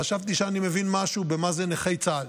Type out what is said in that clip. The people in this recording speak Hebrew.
חשבתי שאני מבין משהו במה זה נכי צה"ל,